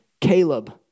Caleb